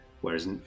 whereas